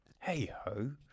hey-ho